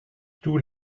tous